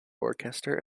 worcester